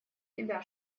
тебя